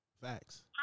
facts